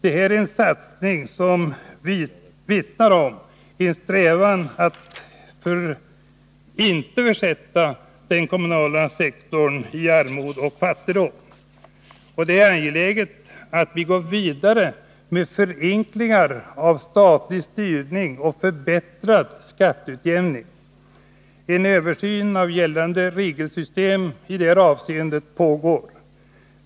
Detta är en satsning som knappast vittnar om en strävan att försätta den kommunala sektorn i armod och fattigdom. Det är angeläget att vi går vidare med förenklingar av statlig styrning och förbättrad skatteutjämning. En översyn av gällande regelsystem i detta avseende pågår.